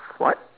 what